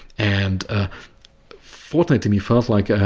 and fortnite to me felt like yeah